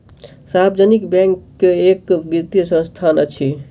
सार्वजनिक बैंक एक वित्तीय संस्थान अछि